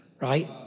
right